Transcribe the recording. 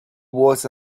was